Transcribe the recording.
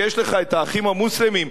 כשיש לך "האחים המוסלמים",